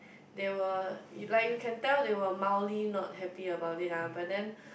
they were like you can tell they were mildly not happy about it lah but then